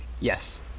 Yes